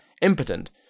impotent